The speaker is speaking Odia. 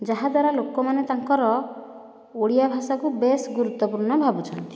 ଯାହାଦ୍ୱାରା ଲୋକମାନେ ତାଙ୍କର ଓଡ଼ିଆ ଭାଷାକୁ ବେଶ ଗୁରୁତ୍ୱପୂର୍ଣ୍ଣ ଭାବୁଛନ୍ତି